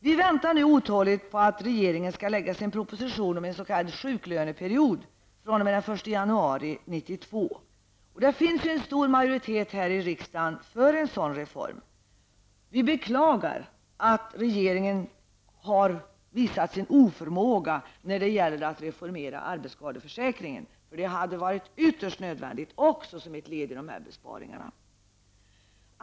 Vi väntar nu otåligt på att regeringen skall lägga sin proposition om en s.k. sjuklöneperiod fr.o.m. den 1 januari 1992. Det finns en stor majoritet i riksdagen för en sådan reform. Vi beklagar samtidigt regeringens oförmåga att reformera arbetsskadeförsäkringen. Det hade varit ytterst nödvändigt som ett led i dessa besparingar.